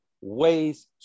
ways